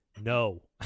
No